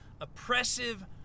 oppressive